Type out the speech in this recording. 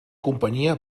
companyia